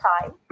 time